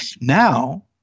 Now